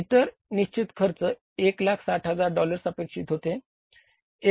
इतर निश्चित खर्च 160000 डॉलर्स अपेक्षित होते